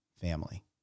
family